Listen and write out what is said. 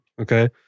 Okay